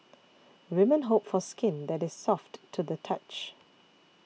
women hope for skin that is soft to the touch